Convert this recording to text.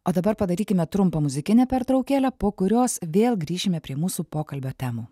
o dabar padarykime trumpą muzikinę pertraukėlę po kurios vėl grįšime prie mūsų pokalbio temų